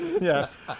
Yes